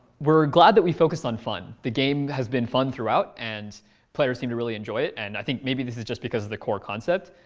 we're glad that we focused on fun. the game has been fun throughout. and players seem to really enjoy it. and i think maybe this is just because of the core concept.